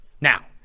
now